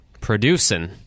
producing